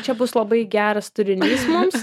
čia bus labai geras turinys mums